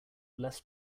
less